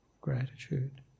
gratitude